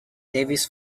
davis